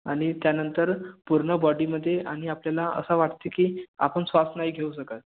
आणि त्यानंतर पूर्ण बॉडीमध्ये आणि आपल्याला असा वाटतं की आपण श्वास नाही घेऊ शकत